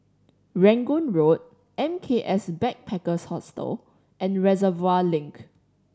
Rangoon Road M K S Backpackers Hostel and Reservoir Link